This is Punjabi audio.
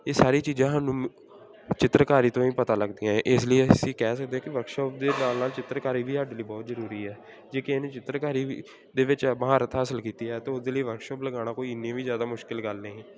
ਇਹ ਸਾਰੀਆਂ ਚੀਜ਼ਾਂ ਸਾਨੂੰ ਮ ਚਿੱਤਰਕਾਰੀ ਤੋਂ ਹੀ ਪਤਾ ਲੱਗਦੀਆਂ ਇਸ ਲਈ ਅਸੀਂ ਕਹਿ ਸਕਦੇ ਹਾਂ ਕਿ ਵਰਕਸ਼ੋਪ ਦੇ ਨਾਲ ਨਾਲ ਚਿੱਤਰਕਾਰੀ ਵੀ ਸਾਡੇ ਲਈ ਬਹੁਤ ਜ਼ਰੂਰੀ ਹੈ ਜੇ ਕਿਸੇ ਨੇ ਚਿੱਤਰਕਾਰੀ ਵੀ ਦੇ ਵਿੱਚ ਮਹਾਰਥ ਹਾਸਲ ਕੀਤੀ ਹੈ ਤਾਂ ਉਹਦੇ ਲਈ ਵਰਕਸ਼ੋਪ ਲਗਾਉਣਾ ਕੋਈ ਇੰਨੀ ਵੀ ਜ਼ਿਆਦਾ ਮੁਸ਼ਕਿਲ ਗੱਲ ਨਹੀਂ